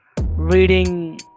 reading